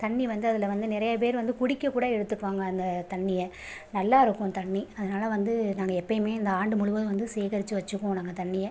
தண்ணி வந்து அதில வந்து நிறைய பேர் வந்து குடிக்க கூட எடுத்துப்பாங்க அந்த தண்ணியை நல்லாயிருக்கும் தண்ணி அதனால் வந்து நாங்கள் எப்பயுமே இந்த ஆண்டு முழுவதும் வந்து சேகரிச்சு வச்சுக்குவோம் நாங்கள் தண்ணியை